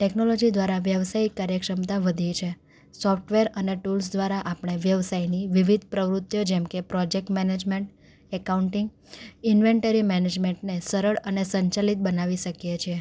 technology દ્વારા વ્યવસાયિક કાર્યક્ષમતા વધી છે સોફ્ટવેર અને ટૂલ્સ દ્વારા આપણે વ્યવસાયની વિવિધ પ્રવૃત્તિઓ જેમકે પ્રોજેક્ટ મેનેજમેન્ટ એકાઉન્ટિંગ ઈનવેન્ટરી મેનેજમેન્ટને સરળ અને સંચાલિત બનાવી શકીએ છીએ